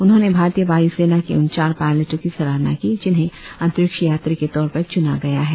उन्होंने भारतीय वायुसेना के उन चार पायलटों की सराहना की जिन्हें अंतरिक्ष यात्री के तौर पर चूना गया है